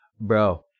bro